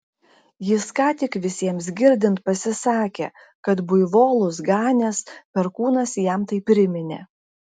jis ką tik visiems girdint pasisakė kad buivolus ganęs perkūnas jam tai priminė